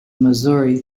missouri